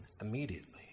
immediately